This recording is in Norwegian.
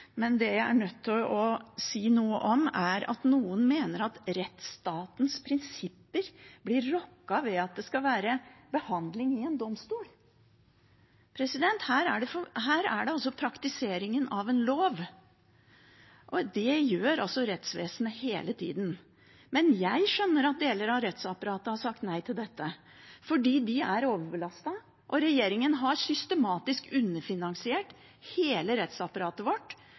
men det jeg er nødt til å si noe om, er at noen mener at rettsstatens prinsipper blir rokket ved om det skal være behandling i domstol. Her gjelder det praktiseringen av en lov, og det gjør rettsvesenet hele tida. Jeg skjønner at deler av rettsapparatet har sagt nei til dette, for de er overbelastet. Regjeringen har systematisk underfinansiert hele rettsapparatet vårt,